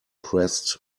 pressed